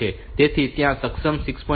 તેથી ત્યાં સક્ષમ 6